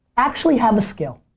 actually have a skill.